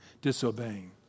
Disobeying